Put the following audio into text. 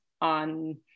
on